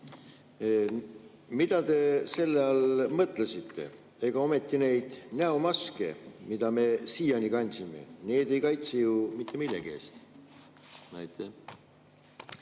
Mida te selle all mõtlesite, ega ometi neid näomaske, mida me siiani kandsime? Need ei kaitse ju mitte millegi eest. Aitäh,